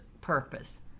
purpose